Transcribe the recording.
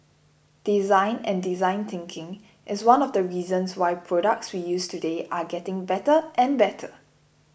design and design thinking is one of the reasons why products we use today are getting better and better